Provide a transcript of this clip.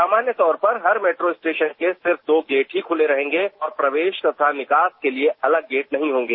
सामान्य तौर पर हर मेट्रो स्टेशन के सिर्फ दो गेट ही खुले रहेंगे और प्रवेश तथा निकास के लिए अलग गेट नहीं होंगे